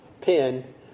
pin